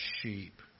sheep